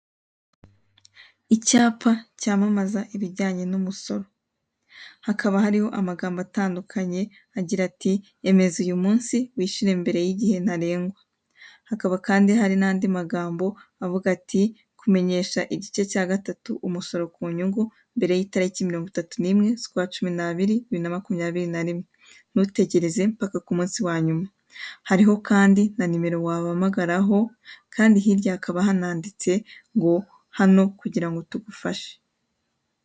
Icyapa cyamamaza ibijyanye n' umusoro ,hakaba hariho amagambo atandukanye agira ati "emeza uyumunsi wishyure mbere y' igihe ntarengwa" hakaba kandi hari n' andi magambo avuga ati " kumenyesha igice cya gatatu umusoro kunyungu mbere y' itariki mirongo itatu n' imwe z' ukwa cumi nabiri bibiri na makumwabiri na rimwe ntutegereze mpaka kumunsi wanyuma .Hariho kandi na nimero wabahamagaraho kandi hirya hakaba hananditse ngo hano kugirango tugufashe.